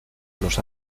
los